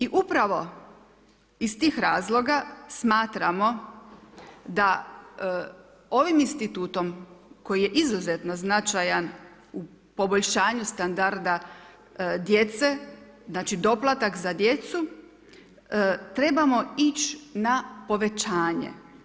I upravo iz tih razloga smatramo da ovim institutom koji je izuzetno značajan u poboljšanju standarda djece, znači doplatak za djecu, trebamo ići na povećanje.